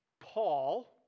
Paul